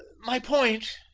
my point.